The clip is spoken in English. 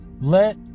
Let